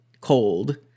cold